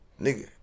Nigga